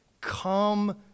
Come